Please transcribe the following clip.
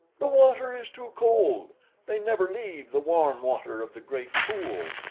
the water is too cold they never leave the warm water of the great pool,